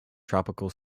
tropical